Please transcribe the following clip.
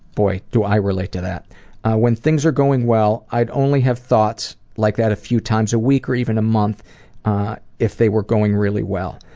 boy, do i relate to that when things are going well i'd only have thoughts like that a few times a week or even a month if they were going really well.